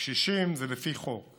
הקשישים זה לפי חוק,